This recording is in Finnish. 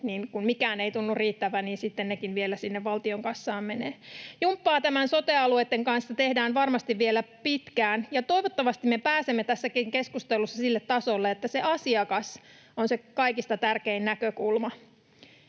kun mikään ei tunnu riittävän, niin sitten nekin vielä sinne valtion kassaan menevät. Jumppaa näiden sote-alueitten kanssa tehdään varmasti vielä pitkään, ja toivottavasti me pääsemme tässäkin keskustelussa sille tasolle, että se asiakas on se kaikista tärkein näkökulma.